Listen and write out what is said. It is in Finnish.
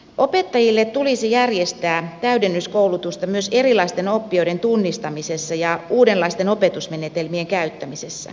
opettajille tulisi järjestää täydennyskoulutusta myös erilaisten oppijoiden tunnistamisessa ja uudenlaisten opetusmenetelmien käyttämisessä